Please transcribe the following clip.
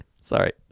Sorry